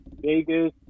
Vegas